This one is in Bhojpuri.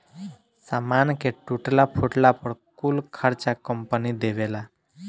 सामान के टूटला फूटला पर कुल खर्चा कंपनी देवेला